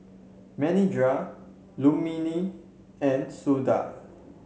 Manindra Rukmini and Sundar